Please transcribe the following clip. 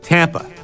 Tampa